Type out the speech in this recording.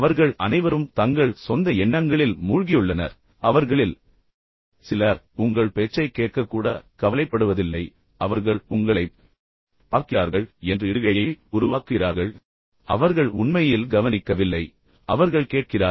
அவர்கள் அனைவரும் தங்கள் சொந்த எண்ணங்களில் மூழ்கியுள்ளனர் என்ற உண்மையை நீங்கள் உணர வேண்டும் அவர்களில் சிலர் உண்மையில் உங்கள் பேச்சைக் கேட்கக் கூட கவலைப்படுவதில்லை அவர்கள் உங்களைப் பார்க்கிறார்கள் என்ற இடுகையை உருவாக்குகிறார்கள் ஆனால் அவர்கள் உண்மையில் கவனிக்கவில்லை அவர்கள் கேட்கிறார்கள்